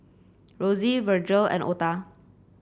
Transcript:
Rosie Virgle and Ota